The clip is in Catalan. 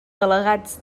delegats